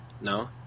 No